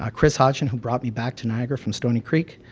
ah chris hotchin who brought me back to niagara from stoney creek,